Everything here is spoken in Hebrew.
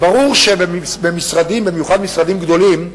ברור שבמשרדים, במיוחד משרדים גדולים,